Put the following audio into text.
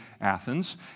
Athens